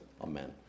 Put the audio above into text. Amen